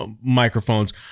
microphones